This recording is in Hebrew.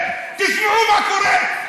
תשמעו מה קורה,